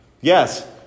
Yes